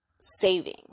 saving